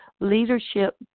leadership